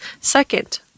Second